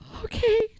Okay